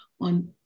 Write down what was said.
on